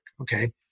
okay